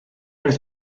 oedd